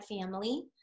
family